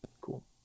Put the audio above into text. Cool